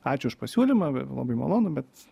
ačiū už pasiūlymą labai malonu bet